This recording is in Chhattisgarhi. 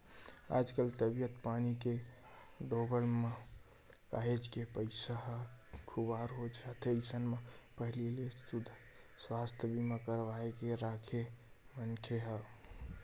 आजकल तबीयत पानी के डोलब म काहेच के पइसा ह खुवार हो जाथे अइसन म पहिली ले सुवास्थ बीमा करवाके के राखे मनखे ह